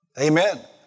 Amen